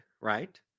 right